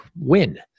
win